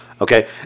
Okay